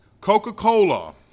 Coca-Cola